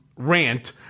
rant